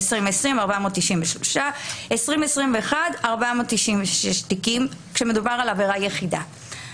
ב-2020 493, וב-2021 496 תיקים של עבירה יחידה.